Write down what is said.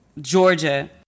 Georgia